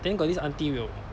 then got this auntie will